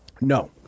No